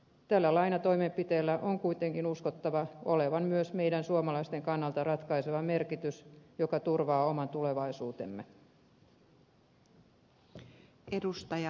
tällä lainatoimenpiteellä on kuitenkin uskottava olevan myös meidän suomalaisten kannalta ratkaiseva merkitys joka turvaa oman tulevaisuutemme